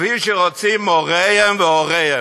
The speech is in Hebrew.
כפי שרוצים מוריהם והוריהם.